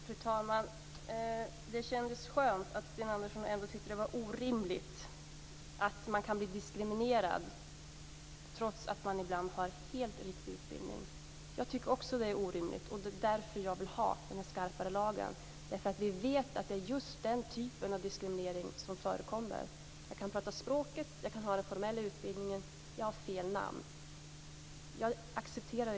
Fru talman! Det kändes skönt att höra att Sten Andersson ändå tycker att det är orimligt att man ibland kan bli diskriminerad trots att man har helt riktig utbildning. Jag tycker också att det är orimligt. Därför vill jag ha den här skarpare lagen. Vi vet ju att det är just den typen av diskriminering som förekommer. Detta med att man kan tala språket i fråga och ha den formella utbildningen men har fel namn är något som jag inte accepterar.